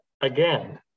Again